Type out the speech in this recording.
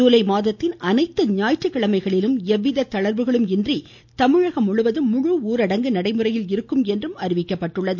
ஜீலை மாதத்தின் அனைத்து ஞாயிற்றுக்கிழமைகளிலும் எவ்வித தளர்வுகளும் இன்றி தமிழகம் முழுவதும் முழு ஊரடங்கு நடைமுறையில் இருக்கும் என அறிவிக்கப்பட்டுள்ளது